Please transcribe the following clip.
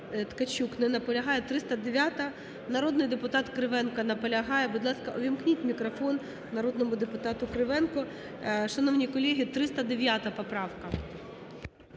Ткачук. Не наполягає. 309-а, народний депутат Кривенко. Наполягає. Будь ласка, ввімкніть мікрофон народному депутату Кривенку. Шановні колеги, 309 поправка.